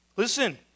Listen